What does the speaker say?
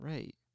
Right